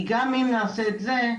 כי גם אם נעשה את זה,